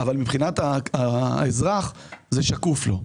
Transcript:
אבל מבחינת האזרח זה שקוף לו.